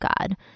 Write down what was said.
God